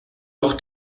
doch